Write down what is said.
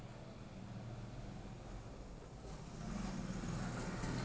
Credit అంటే ఏమిటి?